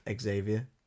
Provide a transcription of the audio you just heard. Xavier